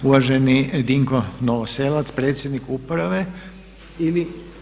Uvaženi Dinko Novoselec predsjednik uprave ili?